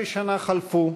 19 שנה חלפו,